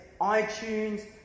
iTunes